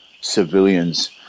civilians